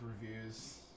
reviews